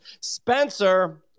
Spencer